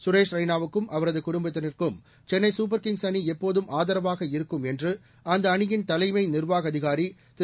சுரேஷ் ரெய்னாவுக்கும் அவரது குடும்பத்தினருக்கும் சென்னை சூப்பர் கிங்ஸ் அணி எப்போதும் ஆதரவாக இருக்கும் என்று அந்த அணியின் தலைமை நிர்வாக அதிகாரி திரு